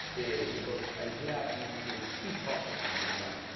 because isaiah is a key prophet in qumran.